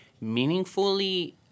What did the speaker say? meaningfully